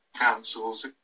councils